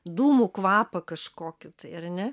dūmų kvapą kažkokį tai ar ne